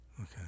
okay